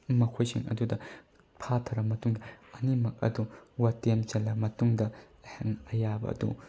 ꯃꯈꯣꯏꯁꯤꯡ ꯑꯗꯨꯗ ꯐꯥꯊꯔꯕ ꯃꯇꯨꯡꯗ ꯑꯅꯤꯃꯛ ꯑꯗꯨ ꯋꯥꯇꯦꯝꯁꯜꯂ ꯃꯇꯨꯡꯗ ꯑꯩꯍꯥꯛꯅ ꯑꯌꯥꯕ ꯑꯗꯨ